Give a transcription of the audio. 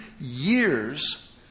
years